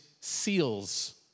seals